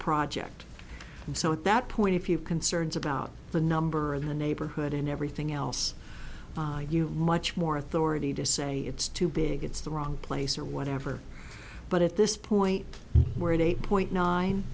project and so at that point if you concerns about the number of the neighborhood and everything else you much more authority to say it's too big it's the wrong place or whatever but at this point where it eight point nine